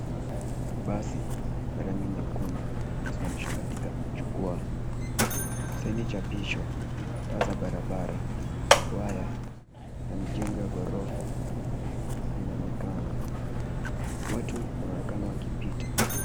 Basi ya rangi nyekundu imesimamishwa katika jukwaa. Saini cha picha, taa za barabara, waya na mijengo ya ghorofa inaonekana. Watu wanaonekana wakipita.